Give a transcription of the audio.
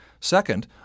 Second